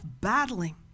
battling